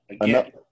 again